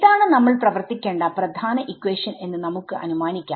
ഇതാണ് നമ്മൾ പ്രവർത്തിക്കേണ്ട പ്രധാന ഇക്വേഷൻ എന്ന് നമുക്ക് അനുമാനിക്കാം